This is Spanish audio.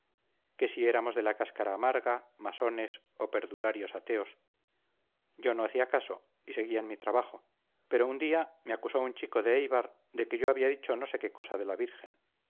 que si éramos de la cáscara amarga masones o perdularios ateos yo no hacía caso y seguía en mi trabajo pero un día me acusó un chico de eibar de que yo había dicho no sé qué cosa de la virgen